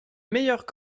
meilleure